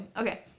Okay